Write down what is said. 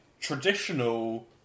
traditional